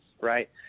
right